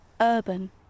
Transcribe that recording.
urban